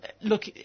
Look